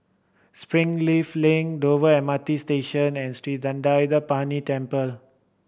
Springleaf Link Dover M R T Station and Sri Thendayuthapani Temple